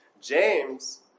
James